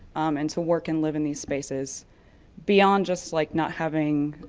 um and to work and live in these spaces beyond just like not having,